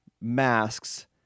masks